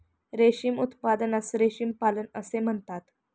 रेशीम उत्पादनास रेशीम पालन असे म्हणतात